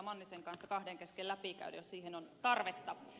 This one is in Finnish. mannisen kanssa kahden kesken läpikäydä jos siihen on tarvetta